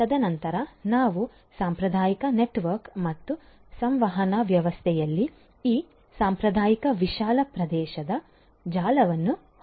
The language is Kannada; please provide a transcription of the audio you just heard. ತದನಂತರ ನಾವು ಸಾಂಪ್ರದಾಯಿಕ ನೆಟ್ವರ್ಕ್ ಮತ್ತು ಸಂವಹನ ವ್ಯವಸ್ಥೆಯಲ್ಲಿ ಈ ಸಾಂಪ್ರದಾಯಿಕ ವಿಶಾಲ ಪ್ರದೇಶ ಜಾಲವನ್ನು ಹೊಂದಿದ್ದೇವೆ